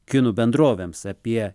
kinų bendrovėms apie